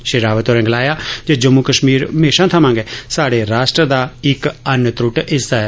श्री रावत होरे गलाया जे जम्मू कश्मीर म्हेशां थमां गै स्हादे राष्ट्र दा इक अनत्रुट हिस्सा ऐ